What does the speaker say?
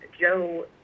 Joe